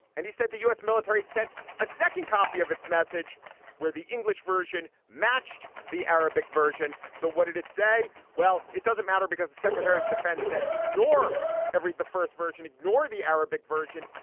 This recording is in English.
and he said the u s. military sent a second copy of its message where the english version matched the arabic version. so what did it say? well, it doesn't matter because the secretary of defense said ignore every the first version, ignore the arabic version,